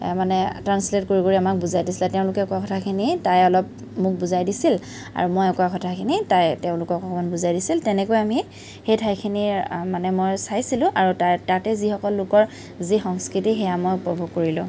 মানে ট্ৰান্সলেট কৰি কৰি আমাক বুজাই দিছিল তেওঁলোকে কোৱা কথাখিনি তাই অলপ মোক বুজাই দিছিল আৰু মই কোৱা কথাখিনি তাই তেওঁলোকক অকণমান বুজাই দিছিল তেনেকৈ আমি সেই ঠাইখিনিৰ মানে মই চাইছিলোঁ আৰু তাৰ তাতে যিসকল লোকৰ যি সংস্কৃতি সেয়া মই উপভোগ কৰিলোঁ